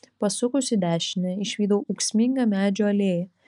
pasukus į dešinę išvydau ūksmingą medžių alėją